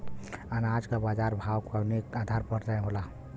अनाज क बाजार भाव कवने आधार पर तय होला?